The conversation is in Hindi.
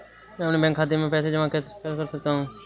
मैं अपने बैंक खाते में पैसे कैसे जमा कर सकता हूँ?